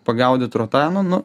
pagaudyt rotanų nu